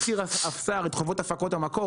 השר הזכיר את חובות הפקות המקור.